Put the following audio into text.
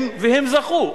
הם זכו,